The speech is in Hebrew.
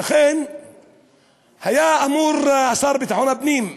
ולכן השר לביטחון הפנים,